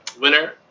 Winner